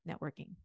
networking